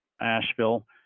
Asheville